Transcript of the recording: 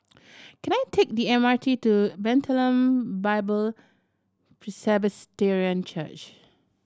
can I take the M R T to Bethlehem Bible Presbyterian Church